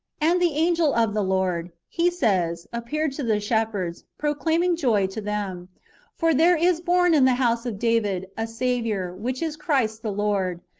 and the angel of the lord, he says, appeared to the shepherds, proclaiming joy to them for there is born in the house of david, a saviour, which is christ the lord.